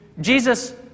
Jesus